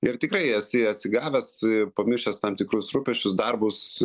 ir tikrai esi atsigavęs pamiršęs tam tikrus rūpesčius darbus